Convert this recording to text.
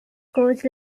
coach